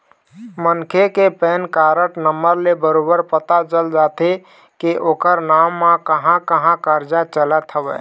मनखे के PAN card number ले बरोबर पता चल जाथे के ओखर नांव म कहाँ कहाँ करजा चलत हवय